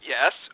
Yes